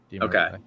Okay